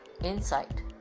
insight